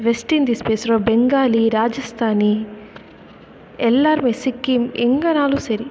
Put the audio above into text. west Indies பேசுகிறோம் பெங்காலி ராஜஸ்தானி எல்லாருமே சிக்கிம் எங்கேனாலும் சரி